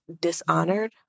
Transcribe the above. dishonored